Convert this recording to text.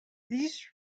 these